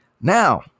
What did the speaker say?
Now